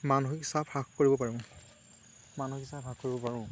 মানসিক চাপ হ্ৰাস কৰিব পাৰোঁ মানসিক চাপ হ্ৰাস কৰিব পাৰোঁ